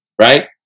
right